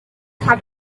had